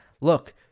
look